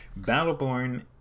Battleborn